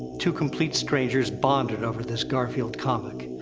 two complete strangers, bonded over this garfield comic.